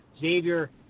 Xavier